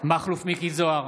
מכלוף מיקי זוהר,